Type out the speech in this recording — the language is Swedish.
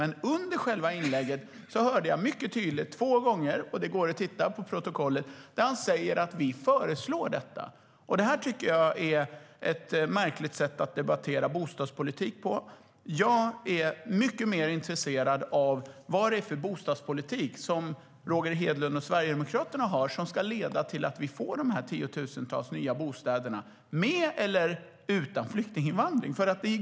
Men under själva inlägget hörde jag mycket tydligt, två gånger, att han sa att vi föreslår detta - det går att läsa i protokollet. Jag tycker att det är ett märkligt sätt att debattera bostadspolitik på. Jag är mycket mer intresserad av vad det är för bostadspolitik som Roger Hedlund och Sverigedemokraterna har som ska leda till att vi får tiotusentals nya bostäder, med eller utan flyktinginvandring.